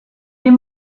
des